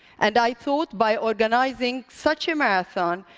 and i thought by organizing such a marathon,